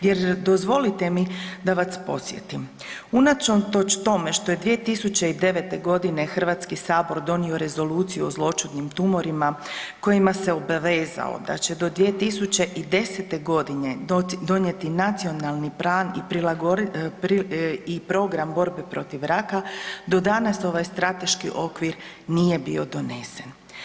Jer dozvolite mi da vas podsjetim unatoč tome što je 2009. godine Hrvatski sabor donio Rezoluciju o zloćudnim tumorima kojima se obavezao da će do 2010. godine donijeti nacionalni plan i program borbe protiv raka do danas ovaj strateški okvir nije bio donesen.